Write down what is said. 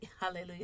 Hallelujah